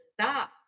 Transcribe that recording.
stop